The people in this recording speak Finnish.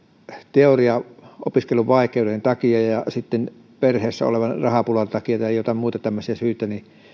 teoriaopiskelun vaikeuden takia ja sitten perheessä olevan rahapulan takia tai jotain muita tämmöisiä syitä